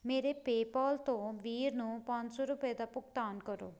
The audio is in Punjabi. ਮੇਰੇ ਪੇਪਾਲ ਤੋਂ ਵੀਰ ਨੂੰ ਪੰਜ ਸੌ ਰੁਪਏ ਦਾ ਭੁਗਤਾਨ ਕਰੋ